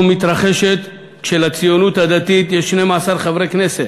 מתרחשת כשלציונות הדתית יש 12 חברי כנסת